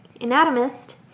anatomist